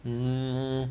hmm